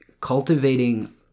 cultivating